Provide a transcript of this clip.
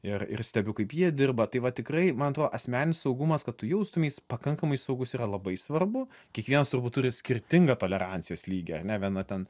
ir ir stebiu kaip jie dirba tai va tikrai man atrodo asmeninis saugumas kad tu jaustumeis pakankamai saugus yra labai svarbu kiekvienas turbūt turi skirtingą tolerancijos lygį ar ne viena ten